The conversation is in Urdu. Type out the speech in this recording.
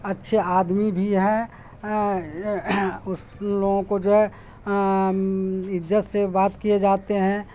اچھے آدمی بھی ہیں اس لوگوں کو جو ہے عزت سے بات کیے جاتے ہیں